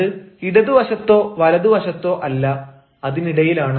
അത് ഇടതുവശത്തോ വലതുവശത്തോ അല്ല അതിനിടയിലാണ്